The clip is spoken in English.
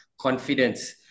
confidence